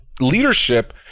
leadership